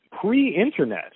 pre-internet